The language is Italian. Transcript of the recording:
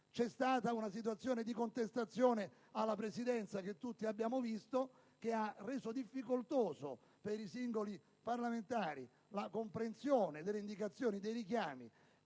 c'è stata una contestazione alla Presidenza che tutti abbiamo visto e che ha reso difficoltosa per i singoli parlamentari la comprensione delle indicazioni e dei richiami;